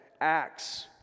acts